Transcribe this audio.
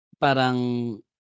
parang